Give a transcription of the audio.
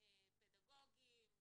פדגוגיים,